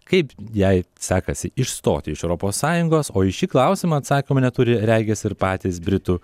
kaip jai sekasi išstoti iš europos sąjungos o į šį klausimą atsakymo neturi regis ir patys britų